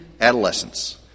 adolescence